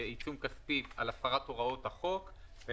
עיצום כספי על הפרת הוראות החוק ביצע פעולת ספק גז,